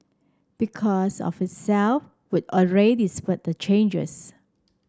because of itself would already spur the changes